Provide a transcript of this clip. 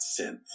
synth